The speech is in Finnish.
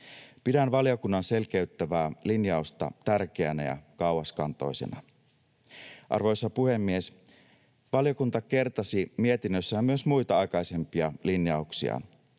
Pidän valiokunnan selkeyttävää linjausta tärkeänä ja kauaskantoisena. Arvoisa puhemies! Valiokunta kertasi mietinnössään myös muita aikaisempia linjauksiaan.